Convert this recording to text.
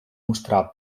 mostrar